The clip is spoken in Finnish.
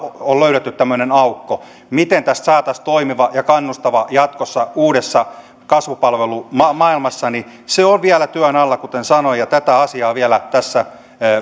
on löydetty tämmöinen aukko miten tästä saataisiin toimiva ja kannustava jatkossa uudessa kasvupalvelumaailmassa se on vielä työn alla kuten sanoin tätä asiaa vielä tässä